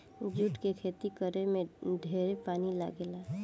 जुट के खेती करे में ढेरे पानी लागेला